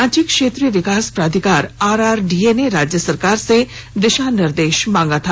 रांची क्षेत्रीय विकास प्राधिकार आर आर डीए ने राज्य सरकार से दिशा निर्देश मांगा था